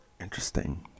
Interesting